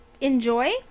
enjoy